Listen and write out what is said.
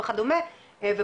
אולי זה הסם הנגיש להם יותר,